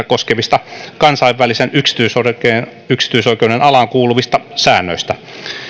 koskevista kansainvälisen yksityisoikeuden yksityisoikeuden alaan kuuluvista säännöistä